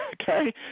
okay